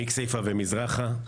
מכסיפה ומזרחה,